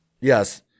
Yes